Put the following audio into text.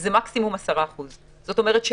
זה מקסימום 10%. זאת אומרת,